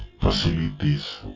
facilities